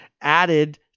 added